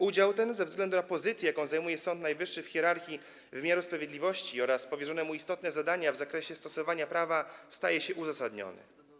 Udział ten ze względu na pozycję, jaką zajmuje Sąd Najwyższy w hierarchii wymiaru sprawiedliwości, oraz powierzone mu istotne zadania w zakresie stosowania prawa staje się uzasadniony.